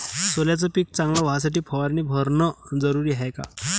सोल्याचं पिक चांगलं व्हासाठी फवारणी भरनं जरुरी हाये का?